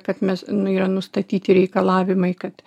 kad mes nu yra nustatyti reikalavimai kad